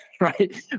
right